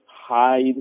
hide